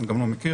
אני גם לא מכיר,